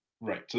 right